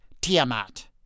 Tiamat